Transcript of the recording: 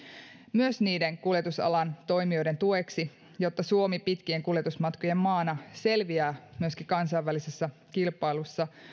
myös kuljetusalan toimijoiden tueksi jotta suomi pitkien kuljetusmatkojen maana selviää kansainvälisessä kilpailussa